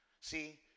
See